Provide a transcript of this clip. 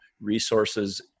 resources